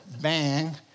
Bang